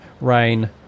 rain